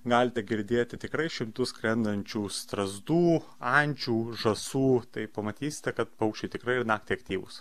galite girdėti tikrai šimtus skrendančių strazdų ančių žąsų tai pamatysite kad paukščiai tikrai jau naktį aktyvūs